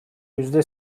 yüzde